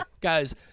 guys